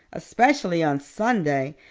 especially on sunday,